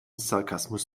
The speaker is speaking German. sarkasmus